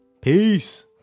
Peace